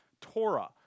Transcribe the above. Torah